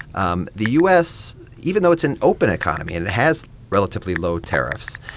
um the u s. even though it's an open economy and it has relatively low tariffs,